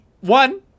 one